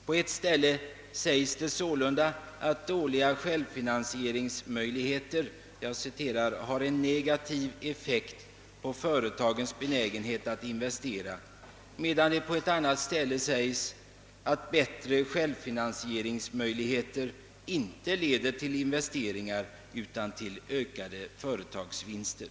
På ett ställe säges sålunda att dåliga självfinansieringsmöjligheter »har en negativ effekt på företagens benägenhet att investera», medan på ett annat ställe säges att »bättre självfinansieringsmöjligheter inte leder till investeringar utan till ökade företagsvinster».